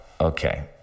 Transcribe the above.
okay